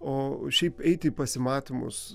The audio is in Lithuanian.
o šiaip eiti į pasimatymus